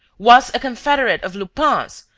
was a confederate of lupin's,